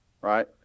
Right